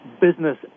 Business